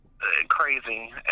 crazy